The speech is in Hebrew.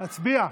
נצביע?